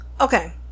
Okay